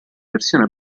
versione